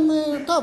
טוב,